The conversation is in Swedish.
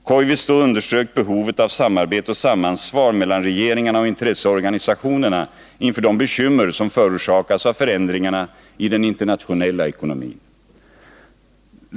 Koivisto underströk behovet av samarbete och samansvar mellan regeringarna och intresseorganisationerna inför de bekymmer som förorsakas av förändringarna i den internationella ekonomin.